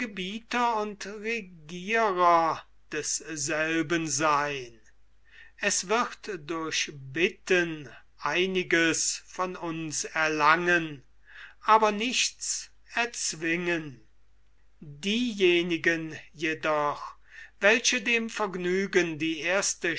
gebieter und regierer desselben sein es wird durch bitten einiges von uns erlangen aber nichts erzwingen diejenigen jedoch welche dem vergnügen die erste